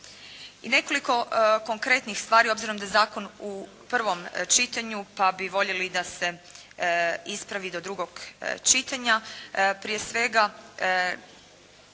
I nekoliko konkretnih stvari obzirom da je zakon u prvom čitanju, pa bi voljeli da se ispravi do drugog čitanja. Prije svega,